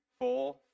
four